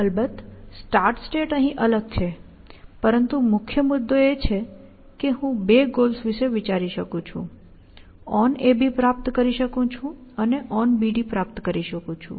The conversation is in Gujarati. અલબત્ત સ્ટાર્ટ સ્ટેટ અહીં અલગ છે પરંતુ મુખ્ય મુદ્દો એ છે કે હું બે ગોલ્સ વિશે વિચારી શકું છું onAB પ્રાપ્ત કરી શકું છું અને onBD પ્રાપ્ત કરી શકું છું